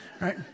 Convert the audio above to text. right